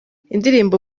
indirimbo